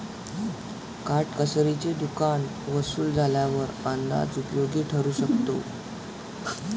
काटकसरीचे दुकान वसूल झाल्यावर अंदाज उपयोगी ठरू शकतो